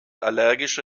allergische